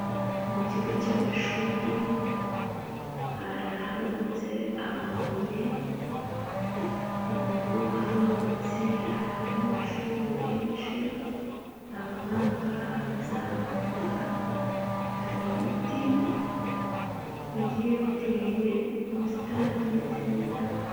Ni mu kigo cy'amashuri hari aharunze amabuye ruguru harubatse, hari abanyeshuri benshi abamanuka, abazamuka, hari ibiti bigiye biteye n'ubusitani ndetse n'indabo.